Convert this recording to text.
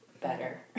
better